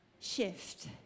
Shift